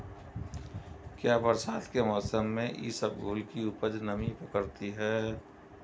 क्या बरसात के मौसम में इसबगोल की उपज नमी पकड़ती है?